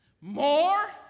More